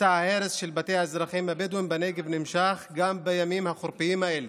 מסע ההרס של בתי האזרחים הבדואים בנגב נמשך גם בימים החורפיים אלה.